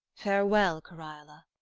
farewell, cariola.